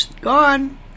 Gone